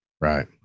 right